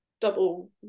double